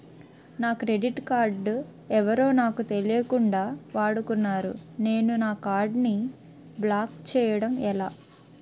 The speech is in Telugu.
నా క్రెడిట్ కార్డ్ ఎవరో నాకు తెలియకుండా వాడుకున్నారు నేను నా కార్డ్ ని బ్లాక్ చేయడం ఎలా?